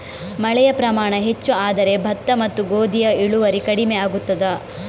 ಮಳೆಯ ಪ್ರಮಾಣ ಹೆಚ್ಚು ಆದರೆ ಭತ್ತ ಮತ್ತು ಗೋಧಿಯ ಇಳುವರಿ ಕಡಿಮೆ ಆಗುತ್ತದಾ?